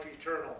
eternal